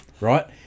Right